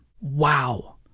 wow